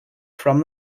from